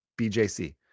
BJC